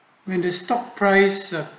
when the stock price ah